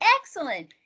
Excellent